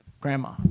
Grandma